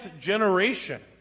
generation